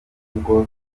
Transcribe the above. ahubwo